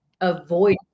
avoid